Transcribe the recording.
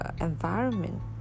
environment